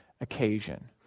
occasion